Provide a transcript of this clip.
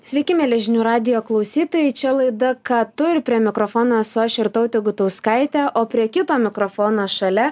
sveiki mieli žinių radijo klausytojai čia laida ką tu ir prie mikrofono esu aš irtautė gutauskaitė o prie kito mikrofono šalia